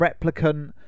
replicant